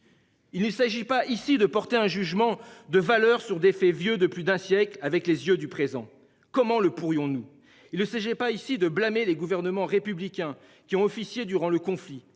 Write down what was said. Il ne s'agit pas ici de porter un jugement de valeur sur des faits vieux de plus d'un siècle avec les yeux du présent. Comment le pourrions-nous il le séchait pas ici de blâmer les gouvernements républicains qui ont officié durant le conflit,